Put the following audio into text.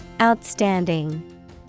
Outstanding